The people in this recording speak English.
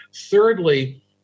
Thirdly